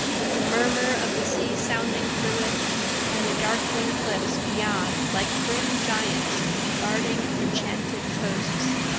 with the murmur of the sea sounding through it and the darkling cliffs beyond like grim giants guarding enchanted coasts.